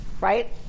Right